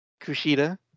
Kushida